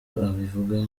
abivuga